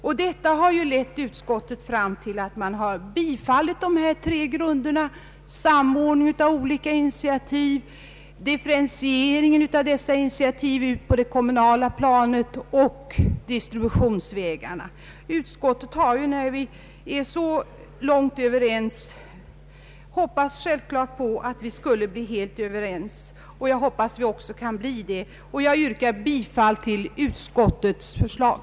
Utskottet har därför biträtt motionens förslag i dessa tre avseenden — samordningen av olika initiativ, differentieringen av dessa initiativ bl.a. på det kommunala planet samt distributionsvägarna. När vi är överens så långt, hoppas jag självfallet att vi skall bli helt överens. Jag yrkar bifall till utskottets förslag.